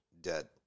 dead